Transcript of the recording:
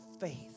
faith